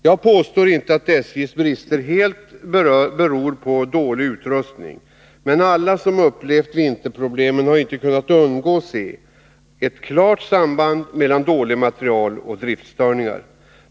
Jag påstår inte att SJ:s brister helt beror på dålig utrustning, men alla som upplevt vinterproblemen har inte kunnat undgå att se ett klart samband mellan dålig materiel och driftstörningar.